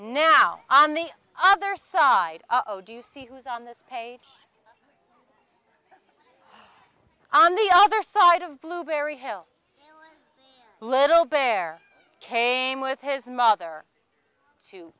now on the other side do you see who is on this page on the other side of blueberry hill a little bear came with his mother to